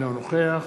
אינו נוכח